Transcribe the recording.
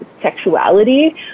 sexuality